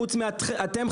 חוץ מכם,